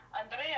Andrea